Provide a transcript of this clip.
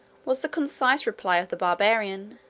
was the concise reply of the barbarian